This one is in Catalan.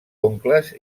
oncles